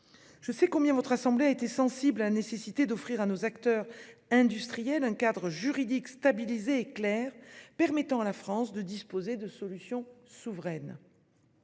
Je sais combien votre assemblée a été sensible à la nécessité d'offrir à nos acteurs industriels un cadre juridique stabilisé et clair, permettant à la France de disposer de solutions souveraines.